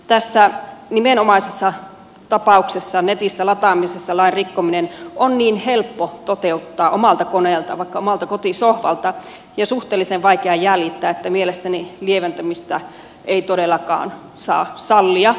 tässä nimenomaisessa tapauksessa netistä lataamisessa lain rikkominen on niin helppo toteuttaa omalta koneelta vaikka omalta kotisohvalta ja suhteellisen vaikea jäljittää että mielestäni lieventämistä ei todellakaan saa sallia